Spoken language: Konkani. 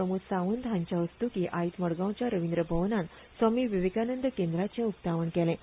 प्रमोद सावंत हांचे हस्तुकीं आयज मडगांवच्या रवींद्र भवनांत स्वामी विवेकानंद केंद्राचें उक्तावण जालें